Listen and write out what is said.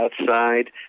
outside